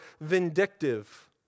vindictive